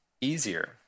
easier